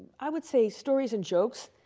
i would say stories and jokes.